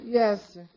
Yes